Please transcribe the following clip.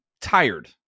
tired